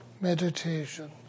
meditation